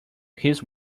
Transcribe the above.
his